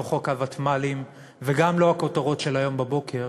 חוק הוותמ"לים וגם לא הכותרות של היום בבוקר